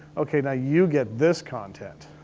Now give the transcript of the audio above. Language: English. okay, now you get this content.